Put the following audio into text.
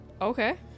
Okay